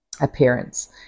appearance